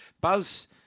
Buzz